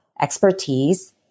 expertise